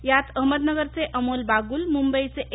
यात अहमदनगरचे अमोल बागुल मुंबईचे ए